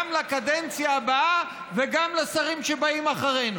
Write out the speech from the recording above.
לקדנציה הבאה וגם לשרים שבאים אחרינו?